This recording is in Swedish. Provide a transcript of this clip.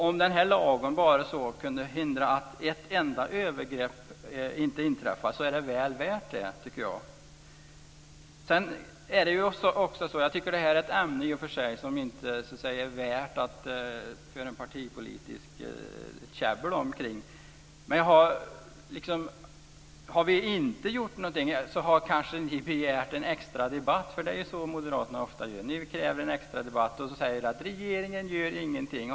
Om den här lagen bara kunde hindra ett enda övergrepp från att inträffa är det väl värt det, tycker jag. I och för sig tycker jag att det här är ett ämne som det inte är värt att föra partipolitiskt käbbel om, men hade vi inte gjort någonting hade ni kanske begärt en extra debatt. Det är så moderaterna ofta gör. Ni kräver en extra debatt och så säger ni: Regeringen gör ingenting.